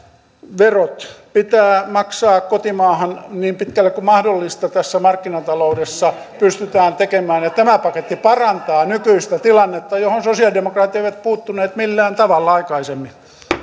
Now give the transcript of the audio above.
verot pitää maksaa kotimaahan niin pitkälle kuin mahdollista kuin tässä markkinataloudessa pystytään tekemään tämä paketti parantaa nykyistä tilannetta johon sosiaalidemokraatit eivät puuttuneet millään tavalla aikaisemmin